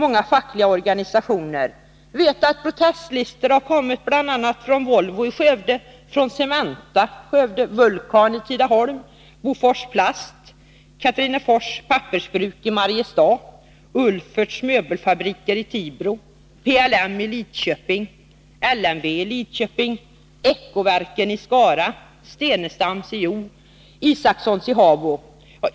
Jag vet att sådana protestlistor har kommit från bl.a. Volvo i Skövde, Cementa i Skövde, Vulcan i Tidaholm, Bofors Plast i Tidaholm, Katrinefors Pappersbruk i Mariestad, Ulferts Möbelfabrik i Tibro, PLM i Lidköping, LMV i Lidköping, Eccoverken i Skara, Stenestams i Hjo, Isacssons i Habo.